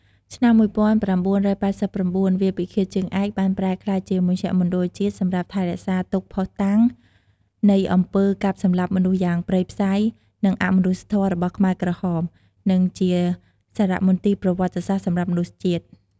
ឆ្នាំ១៩៨៩ វាលពិឃាតជើងឯក បានប្រែក្លាយជាមជ្ឈមណ្ឌលជាតិ សម្រាប់ថែរក្សាទុកភ័ស្តុតាង នៃអំពើកាប់សម្លាប់មនុស្សយ៉ាងព្រៃផ្សៃ និងអមនុស្សធម៌របស់ខ្មែរក្រហម និងជាសារមន្ទីរប្រវត្តិសាស្ត្រសម្រាប់មនុស្សជាតិ។